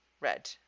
red